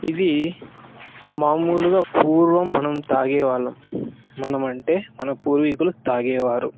ఇది మాములుగా పూర్వం మనం తాగేవాళ్ళం మనం అంటే మన పూర్వికులు తాగేవారు